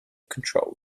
control